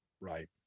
right